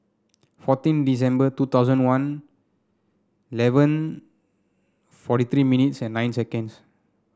fourteen December two thousand one eleven forty three minutes and nine seconds